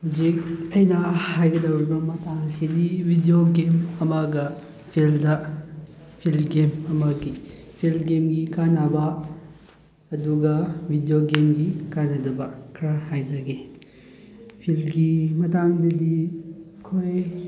ꯍꯧꯖꯤꯛ ꯑꯩꯅ ꯍꯥꯏꯒꯗꯧꯔꯤꯕ ꯃꯇꯥꯡꯁꯤꯗꯤ ꯚꯤꯗꯤꯑꯣ ꯒꯦꯝ ꯑꯃꯒ ꯐꯤꯜꯗ ꯐꯤꯜ ꯒꯦꯝ ꯑꯃꯒꯤ ꯐꯤꯜ ꯒꯦꯝꯒꯤ ꯀꯥꯟꯅꯕ ꯑꯗꯨꯒ ꯚꯤꯗꯤꯑꯣ ꯒꯦꯝꯒꯤ ꯀꯥꯟꯅꯗꯕ ꯈꯔ ꯍꯥꯏꯖꯒꯦ ꯐꯤꯜꯒꯤ ꯃꯇꯥꯡꯗꯗꯤ ꯑꯩꯈꯣꯏ